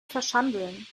verschandeln